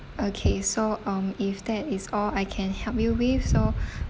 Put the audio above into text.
okay so um if that is all I can help you with so